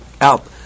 Out